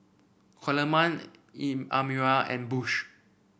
Coleman Amira and Bush